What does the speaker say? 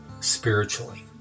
spiritually